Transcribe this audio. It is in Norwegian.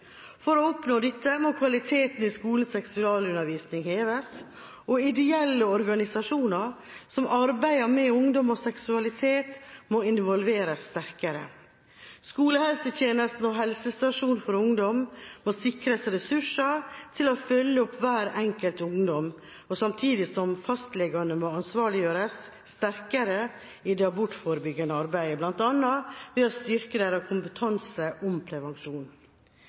For å oppnå dette må kvaliteten i skolens seksualundervisning heves, og ideelle organisasjoner som arbeider med ungdom og seksualitet, må involveres sterkere. Skolehelsetjenesten og helsestasjon for ungdom må sikres ressurser til å følge opp hver enkelt ungdom, samtidig som fastlegene må ansvarliggjøres sterkere i det abortforebyggende arbeidet, bl.a. ved å styrke deres kompetanse om prevensjon.